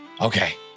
Okay